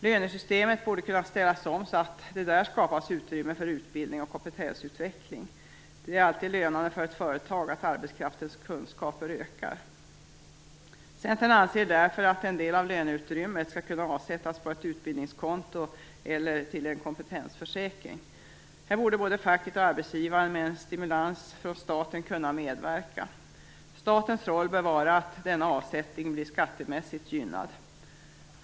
Lönesystemet borde kunna ställas om så att det där skapas utrymme för utbildning och kompetensutveckling. Det är alltid lönande för ett företag att arbetskraftens kunskaper ökar. Centern anser därför att en del av löneutrymmet skall kunna avsättas på ett utbildningskonto eller till en kompetensförsäkring. Här borde både facket och arbetsgivaren med en stimulans från staten kunna medverka. Statens roll bör vara att denna avsättning blir skattemässigt gynnad.